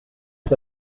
est